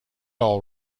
all